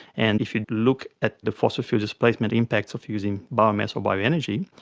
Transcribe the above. and if you look at the fossil fuel displacement impacts of using biomass or bio-energy,